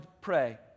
pray